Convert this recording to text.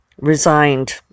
resigned